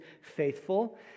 faithful